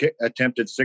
attempted